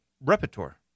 repertoire